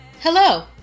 Hello